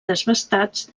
desbastats